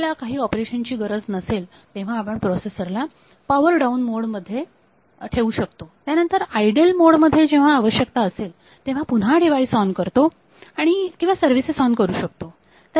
आपल्याला काही ऑपरेशनची गरज नसेल तेव्हा आपण प्रोसेसरला पॉवर डाऊन मोड मध्ये ठेवू शकतो त्यानंतर आयडल मोड मध्ये आणि जेव्हा आवश्यकता असेल तेव्हा पुन्हा डिवाइस ऑन करू शकतो किंवा सर्विसेस ऑन करू शकतो